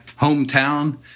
hometown